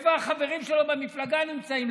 איפה החברים שלו במפלגה נמצאים?